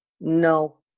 No